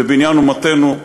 בבניין אומתנו,